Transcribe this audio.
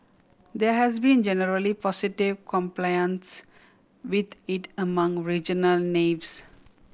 there has been generally positive compliance with it among regional navies